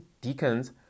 deacons